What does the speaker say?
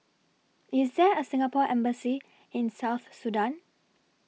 IS There A Singapore Embassy in South Sudan